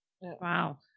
wow